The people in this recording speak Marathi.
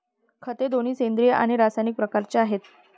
खते दोन्ही सेंद्रिय आणि रासायनिक प्रकारचे आहेत